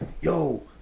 yo